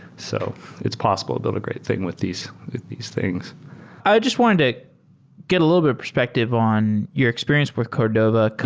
so it's possible to build a great thing with these these things i just wanted to get a little bit perspective on your experience with cordova, because